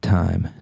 time